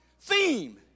theme